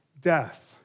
death